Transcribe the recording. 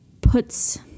puts